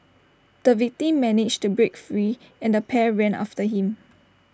the victim managed to break free and the pair ran after him